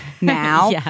now